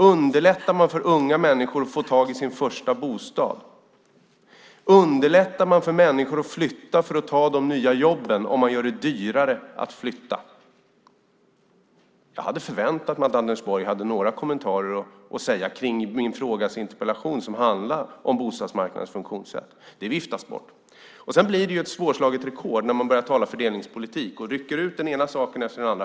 Underlättar man för unga människor att få tag i sin första bostad? Underlättar man för människor att flytta för att ta de nya jobben om man gör det dyrare att flytta? Jag hade förväntat mig att Anders Borg hade några kommentarer till min interpellation som handlade om bostadsmarknadens funktionssätt, men det viftades bort. Det blir ett svårslaget rekord när man börjar tala fördelningspolitik och rycker ut den ena saken efter den andra.